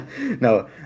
No